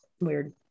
Weird